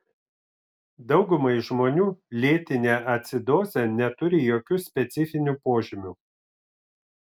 daugumai žmonių lėtinė acidozė neturi jokių specifinių požymių